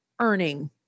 earning